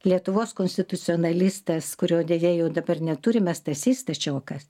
lietuvos konstitucionalistas kurio deja jau dabar neturime stasys stačioka